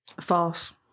False